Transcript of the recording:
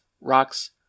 rocks